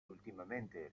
ultimamente